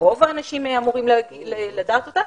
שרוב האנשים אמורים לדעת אותה.